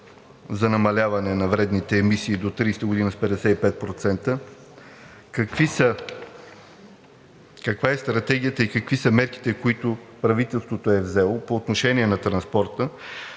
за намаляване на вредните емисии до 2030 г. с 55%: каква е стратегията и какви са мерките, които правителството е взело по отношение на транспорта?